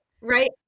Right